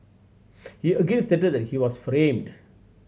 he again stated that he was framed